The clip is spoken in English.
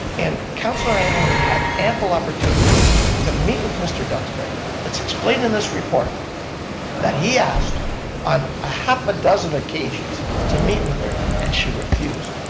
and councilor ioannoni had ample opportunities to meet with mr. duxbury that's explained in this report that he asked on a half a dozen occasions to meet with her and she refused.